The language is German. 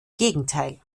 gegenteil